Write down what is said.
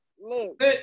Look